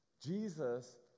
Jesus